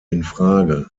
infrage